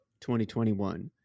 2021